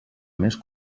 més